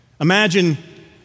Imagine